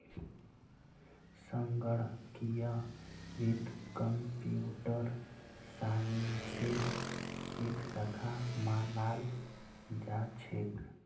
संगणकीय वित्त कम्प्यूटर साइंसेर एक शाखा मानाल जा छेक